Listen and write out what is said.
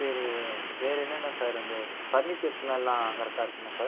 சரி வேறு என்னென்ன சார் இந்த ஃபர்னிச்சர்ஸுலாம் எல்லாம் கரெக்டாக இருக்குமா சார்